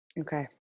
Okay